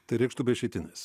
tai reikštų be išeitinės